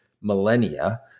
millennia